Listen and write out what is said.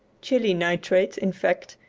chili nitrate, in fact,